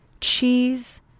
cheese